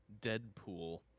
Deadpool